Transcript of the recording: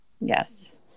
Yes